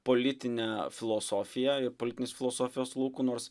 politine filosofija ir politinės filosofijos lauku nors